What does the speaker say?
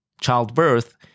Childbirth